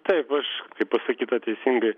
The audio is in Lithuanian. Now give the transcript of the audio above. taip aš pasakyta teisingai